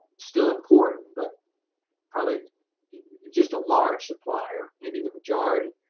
still important, but probably just a large supplier, maybe the majority,